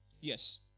Yes